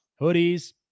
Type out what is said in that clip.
hoodies